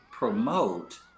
Promote